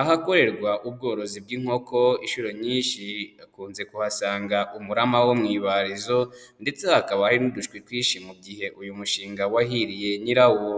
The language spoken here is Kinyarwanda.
Ahakorerwa ubworozi bw'inkoko inshuro nyinshi ukunze kuhasanga umurama wo mu ibarizo ndetse hakaba n'udushwi twinshi mu gihe uyu mushinga wahiriye nyirawo,